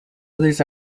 others